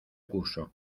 curso